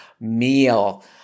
meal